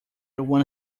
one